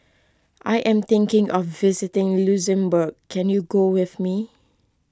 I am thinking of visiting Luxembourg can you go with me